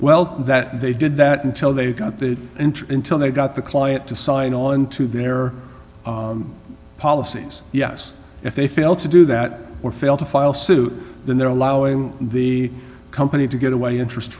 well that they did that until they got that and until they got the client to sign on to their policies yes if they fail to do that or fail to file suit then they're allowing the company to get away interest